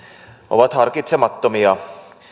ovat harkitsemattomia